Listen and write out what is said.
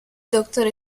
دکتر